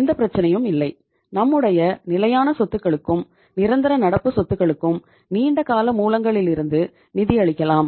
எந்தப் பிரச்சனையும் இல்லை நம்முடைய நிலையான சொத்துக்களுக்கும் நிரந்தர நடப்பு சொத்துக்களுக்கும் நீண்டகால மூலங்களிலிருந்து நிதி அளிக்கலாம்